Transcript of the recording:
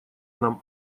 нам